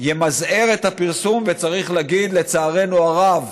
ימזער את הפרסום, וצריך להגיד שלצערנו הרב